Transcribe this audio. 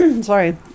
sorry